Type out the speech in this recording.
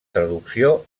traducció